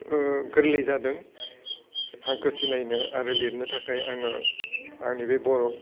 गोरलै जादों हांखो सिनायनो आरो लिरनो थाखाय आङो आंनि बे बर'